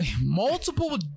Multiple